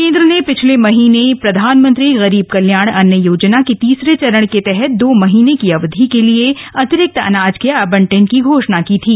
केन्द्र ने पिछले महीने प्रधानमंत्री गरीब कल्याण अन्न योजना के तीसरे चरण के तहत दो महीने की अवधि के लिए अतिरिक्त अनाज के आवंटन की घोषणा की थी